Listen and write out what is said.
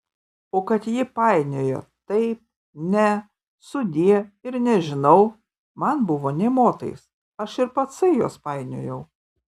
o kad ji painiojo taip ne sudie ir nežinau man buvo nė motais aš ir patsai juos painiojau